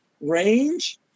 Range